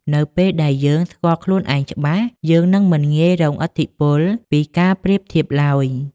នៅពេលដែលយើងស្គាល់ខ្លួនឯងច្បាស់ យើងនឹងមិនងាយរងឥទ្ធិពលពីការប្រៀបធៀបឡើយ។